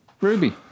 ruby